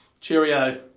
cheerio